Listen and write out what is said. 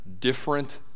different